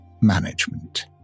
management